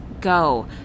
go